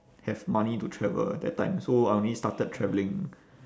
have money to travel that time so I only started travelling